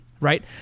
Right